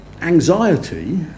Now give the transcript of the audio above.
anxiety